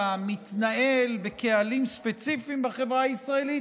מתנהל בקהלים ספציפיים בחברה הישראלית,